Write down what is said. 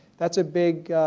that is a big